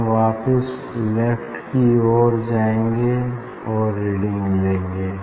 हम वापिस लेफ्ट की ओर जाएंगे और रीडिंग लेंगे